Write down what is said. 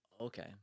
Okay